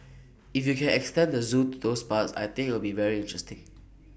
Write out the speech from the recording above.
if you can extend the Zoo to those parts I think it'll be very interesting